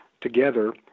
together